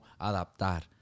adaptar